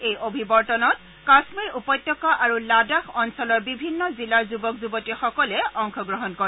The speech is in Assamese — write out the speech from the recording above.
এই অভিৱৰ্তনত কাশ্মীৰ উপত্যকা আৰু লাডাখ অঞ্চলৰ বিভিন্ন জিলাৰ যুৱক যুৱতীসকলে অংশগ্ৰহণ কৰে